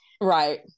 right